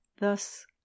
Thus